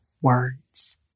words